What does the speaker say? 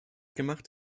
gemacht